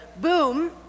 boom